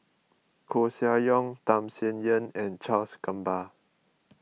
Koeh Sia Yong Tham Sien Yen and Charles Gamba